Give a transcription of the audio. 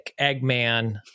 Eggman